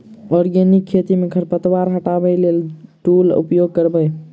Organic खेती मे खरपतवार हटाबै लेल केँ टूल उपयोग करबै?